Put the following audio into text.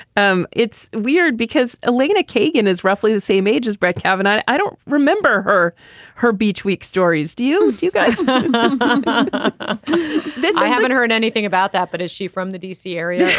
um it's weird because elaina kagan is roughly the same age as brett kavanaugh. i don't remember her her beach week stories do you. do you guys but this i haven't heard anything about that but is she from the d c. area.